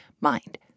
mind